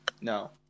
No